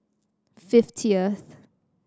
fiftieth